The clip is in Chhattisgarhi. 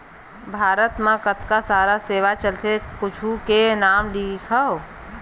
भारत मा कतका सारा सेवाएं चलथे कुछु के नाम लिखव?